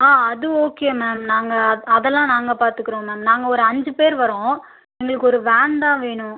ஆ அது okay ma'am நாங்கள் அதலாம் நாங்கள் பாத்துக்குறோம் மேம் நாங்கள் ஒரு அஞ்சு பேர் வரோம் எங்களுக்கு ஒரு வேன் தான் வேணும்